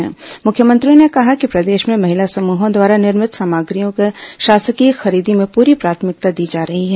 संख्या पुरूषों से भी मुख्यमंत्री ने कहा कि प्रदेश में महिला समूहों द्वारा निर्भित सामग्रियों को शासकीय खरीदी में पूरी प्राथमिकता दी जा रही है